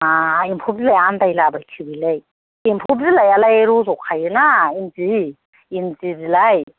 मा एम्फौ बिलाइ आनदायला बायखो बेलाय एम्फौ बिलाइयालाय रज'खायोना इन्दि इन्दि बिलाइ